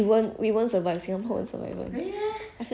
I mean compare to like those other countries like